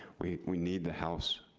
we we need the house,